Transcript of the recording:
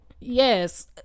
yes